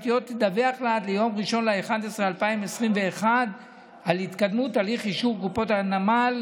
תדווח לה עד יום 1 בנובמבר 2021 על התקדמות הליך אישור קופת הגמל